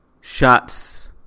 shots